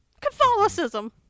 Catholicism